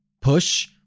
push